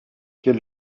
quel